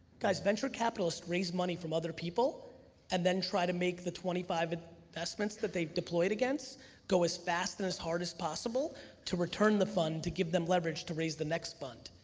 guys, venture capitalists raise money from other people and then try to make the twenty five investments that they've deployed against go as fast and as hard as possible to return the fund to give them leverage to raise the next fund.